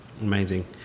Amazing